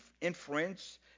inference